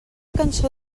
cançó